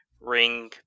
ring